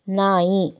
ನಾಯಿ